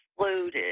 exploded